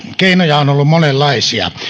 keinoja on ollut monenlaisia